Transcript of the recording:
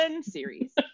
series